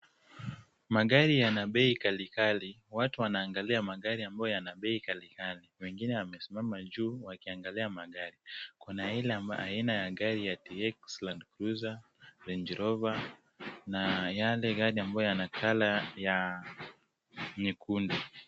Magari yana bei kalikali. Watu wanaangalia magari ambayo yana bei kalikali. Wengine wamesimama juu wakiangalia magari. Kuna aina ya gari ya TX,Land Cruiser, Range Rover na yale gari ambayo yana colour ya nyekundu.